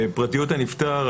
פרטיות הנפטר,